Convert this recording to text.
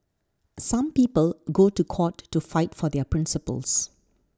some people go to court to fight for their principles